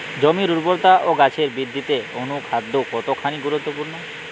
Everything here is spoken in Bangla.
জমির উর্বরতা ও গাছের বৃদ্ধিতে অনুখাদ্য কতখানি গুরুত্বপূর্ণ?